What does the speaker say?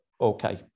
Okay